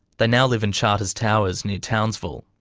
they now live in charters towers near townsville.